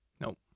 Nope